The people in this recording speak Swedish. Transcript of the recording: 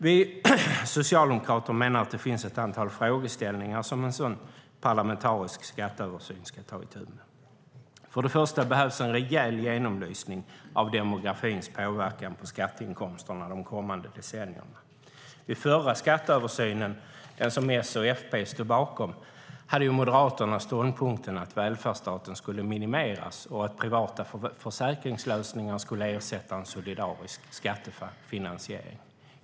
Vi socialdemokrater menar att det finns ett antal frågeställningar som en sådan parlamentarisk skatteöversyn ska ta itu med. För det första behövs en rejäl genomlysning av demografins påverkan på skatteinkomsterna de kommande decennierna. Vid förra skatteöversynen, den som S och FP stod bakom, hade Moderaterna ståndpunkten att välfärdsstaten skulle minimeras och att privata försäkringslösningar skulle ersätta en solidarisk skattefinansiering.